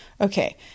Okay